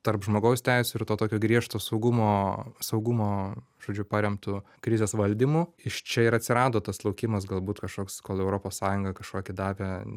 tarp žmogaus teisių ir to tokio griežto saugumo saugumo žodžiu paremtu krizės valdymu iš čia ir atsirado tas laukimas galbūt kažkoks kol europos sąjunga kažkokį davė